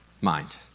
mind